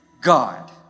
God